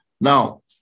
Now